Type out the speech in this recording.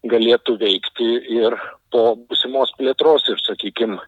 galėtų veikti ir po būsimos plėtros ir sakykim